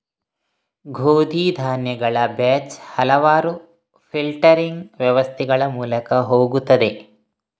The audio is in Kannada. ಗೋಧಿ ಧಾನ್ಯಗಳ ಬ್ಯಾಚ್ ಹಲವಾರು ಫಿಲ್ಟರಿಂಗ್ ವ್ಯವಸ್ಥೆಗಳ ಮೂಲಕ ಹೋಗುತ್ತದೆ